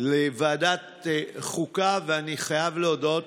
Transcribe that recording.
לוועדת חוקה, ואני חייב להודות